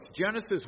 Genesis